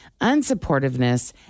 unsupportiveness